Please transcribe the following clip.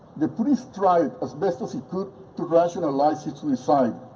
the priest tried as best as he could to rationalize his suicide,